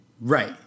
Right